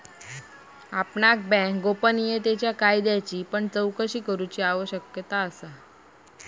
आपणाक बँक गोपनीयतेच्या कायद्याची पण चोकशी करूची आवश्यकता असा